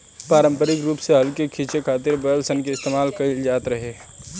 पारम्परिक रूप से हल के खीचे खातिर बैल सन के इस्तेमाल कईल जाट रहे